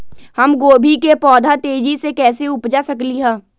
हम गोभी के पौधा तेजी से कैसे उपजा सकली ह?